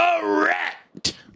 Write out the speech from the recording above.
Correct